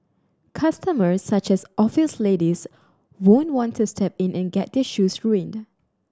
customers such as office ladies won't want to step in and get their shoes ruined